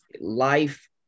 life